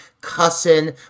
cussing